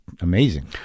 amazing